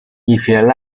一些